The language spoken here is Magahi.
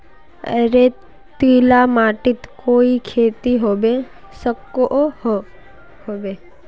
रेतीला माटित कोई खेती होबे सकोहो होबे?